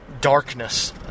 darkness